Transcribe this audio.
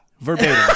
Verbatim